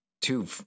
two